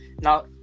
Now